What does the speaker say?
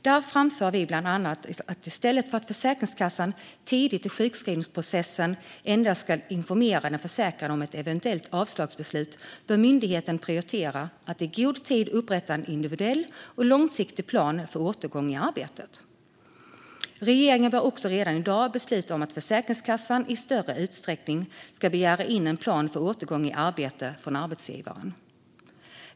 Där framför vi bland annat att i stället för att Försäkringskassan tidigt i sjukskrivningsprocessen endast ska informera den försäkrade om ett eventuellt avslagsbeslut bör myndigheten prioritera att i god tid upprätta en individuell och långsiktig plan för återgång i arbete. Regeringen bör också redan i dag besluta om att Försäkringskassan i större utsträckning ska begära in en plan för återgång i arbete från arbetsgivaren.